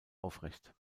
aufrecht